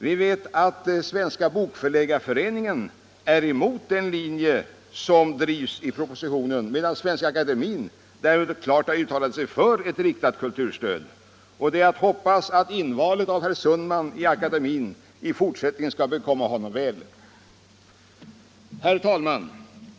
Vi vet att Svenska Bokförläggareföreningen är emot den linje som drivs i propositionen, medan Svenska akademien däremot klart har uttalat sig för ett riktat kulturstöd, och det är att hoppas att invalet av herr Sundman i akademien i framtiden skall bekomma honom väl. Herr talman!